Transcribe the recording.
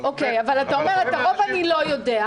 אבל הרבה אנשים --- אז אתה אומר: את הרוב אני לא יודע,